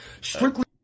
strictly